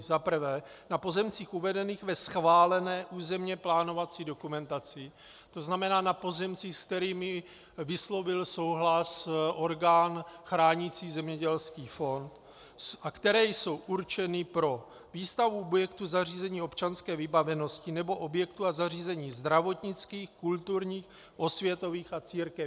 Za prvé na pozemcích uvedených ve schválené územně plánovací dokumentaci, to znamená na pozemcích, s kterými vyslovil souhlas orgán chránící zemědělský fond a které jsou určeny pro výstavbu objektů, zařízení občanské vybavenosti nebo objektů a zařízení zdravotnických, kulturních, osvětových a církevních.